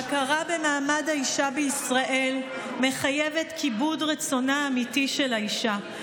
ההכרה במעמד האישה בישראל מחייבת כיבוד רצונה האמיתי של האישה.